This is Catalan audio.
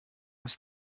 ens